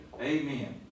Amen